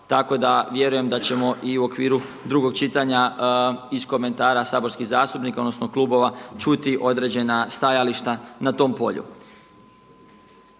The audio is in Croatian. tako da vjerujem da ćemo i u okviru drugog čitanja iz komentara saborskih zastupnika, odnosno klubova čuti određena stajališta na tom polju.